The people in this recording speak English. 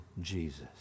Jesus